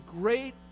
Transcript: great